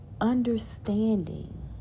understanding